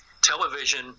television –